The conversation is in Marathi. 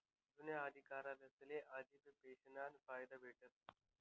जुना अधिकारीसले आजबी पेंशनना फायदा भेटस